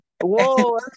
Whoa